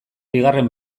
bigarren